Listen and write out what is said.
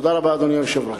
תודה רבה, אדוני היושב-ראש.